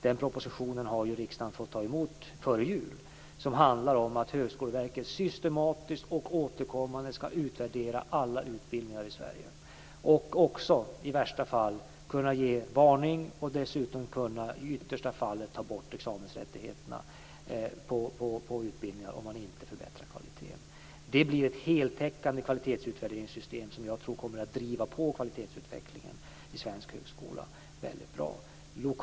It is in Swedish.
Den propositionen har riksdagen fått ta emot före jul. Den handlar om att Högskoleverket systematiskt och återkommande ska utvärdera alla utbildningar i Sverige och också i värsta fall kunna ge varning. I yttersta fall ska verket kunna ta bort examensrättigheterna för utbildningar om man inte förbättrar kvaliteten. Det blir ett heltäckande kvalitetsutvärderingssystem som jag tror kommer att driva på kvalitetsutvecklingen i svensk högskola väldigt bra.